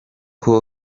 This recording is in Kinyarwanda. com